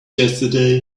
yesterday